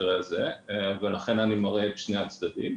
כדי להראות את שני הצדדים.